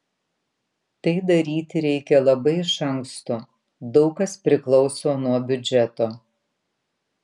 tai daryti reikia labai iš anksto daug kas priklauso nuo biudžeto